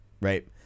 right